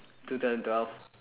two thousand twelve